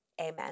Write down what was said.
amen